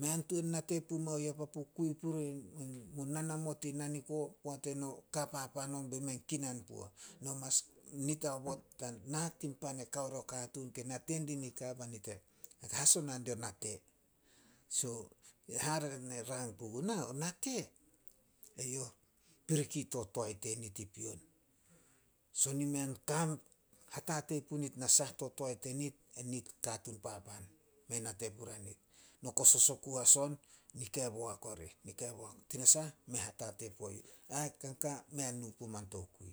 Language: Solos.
Mea tuan nate pumao ya papu kui puri mo nanamot in naniko. Poat eno ka papan on bei mei a kinan puo. Enit haobot ta nah tin pan e kao ria katuun ke nate di nika bai nit e hasona no nit o nate. So, e hare ne rang puguna, o nate, eyouh piriki to toae tenit i pion. Son i mei a hatatei punit nasah to toae tenit, enit o katuun papan, mei nate puria nit. No kosos oku as on, nika boak orih- nika boak. Tinasah, mei hatatei puo youh, ain kanka, mei nu pumao an tokui.